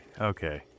okay